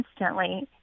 instantly